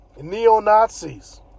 neo-Nazis